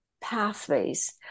pathways